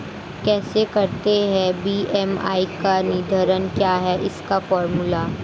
कैसे करते हैं बी.एम.आई का निर्धारण क्या है इसका फॉर्मूला?